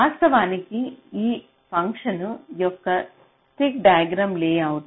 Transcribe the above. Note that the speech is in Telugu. వాస్తవానికి ఈ ఫంక్షన్ యొక్క స్టిక్ డైగ్రామ్ లేఅవుట్